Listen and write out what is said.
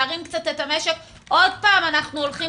להרים קצת את המשק עוד פעם אנחנו הולכים